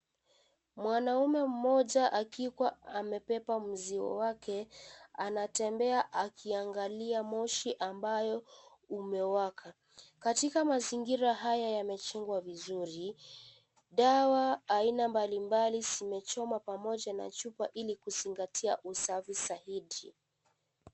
Mwanaume mmoja akiwa amebeba mzigo wake, anatembea akiangalia moshi ambayo umewaka. Katika mazingira haya yamejengwa vizuri. Dawa aina mbalimbali zimechomwa pamoja na chupa ili kuzingatia usafi zaidi.